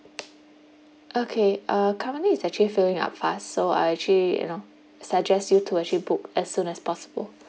okay uh currently its actually filling up fast so I actually you know suggest you to actually book as soon as possible